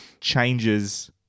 changes